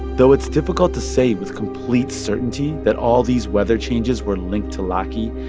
though it's difficult to say with complete certainty that all these weather changes were linked to laki,